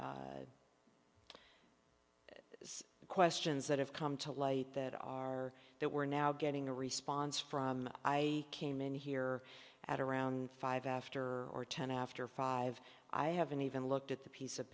the questions that have come to light that are that we're now getting a response from i came in here at around five after or ten after five i haven't even looked at the piece of